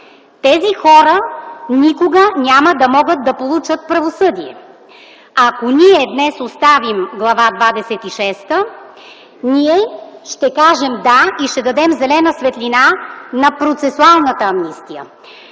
смърт, никога няма да могат да получат правосъдие. Ако ние днес оставим Глава двадесет и шеста, ще кажем ”да” и ще дадем зелена светлина на процесуалната амнистия.